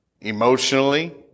emotionally